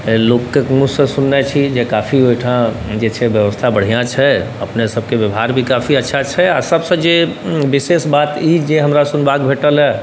लोकके मुँहसँ सुनने छी काफी ओहिठाम जे छै बेबस्था बढ़िआँ छै अपनेसबके बेवहार भी काफी अच्छा छै सबसँ जे विशेष बात ई जे हमरा सुनबाके भेटल अइ